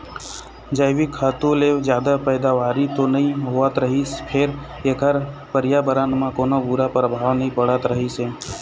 जइविक खातू ले जादा पइदावारी तो नइ होवत रहिस फेर एखर परयाबरन म कोनो बूरा परभाव नइ पड़त रहिस हे